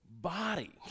body